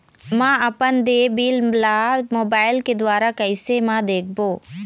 म अपन देय बिल ला मोबाइल के द्वारा कैसे म देखबो?